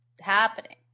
happening